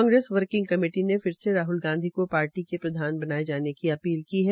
Congress working committee ने फिर से राहल गांधी को पार्टी के प्रधान बनाये जाने की अपील की है